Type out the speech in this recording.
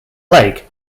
lake